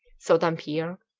so dampier,